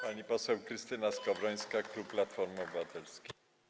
Pani poseł Krystyna Skowrońska, klub Platformy Obywatelskiej.